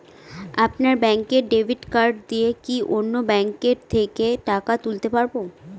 আপনার ব্যাংকের debit card দিয়ে কি অন্য ব্যাংকের থেকে টাকা তুলতে পারবো?